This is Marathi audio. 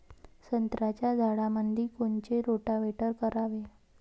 संत्र्याच्या झाडामंदी कोनचे रोटावेटर करावे?